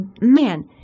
man